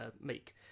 make